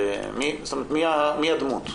מי הדמות?